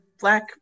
Black